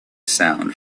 sound